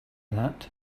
that